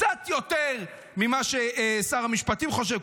קצת יותר ממה ששר המשפטים חושב,